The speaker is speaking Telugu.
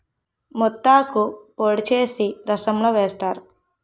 మెంతాకు పొడి చేసి రసంలో వేస్తారు